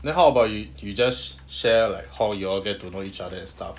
then how about you you just share like how you all get to know each other and stuff